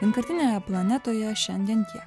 vienkartinėje planetoje šiandien tiek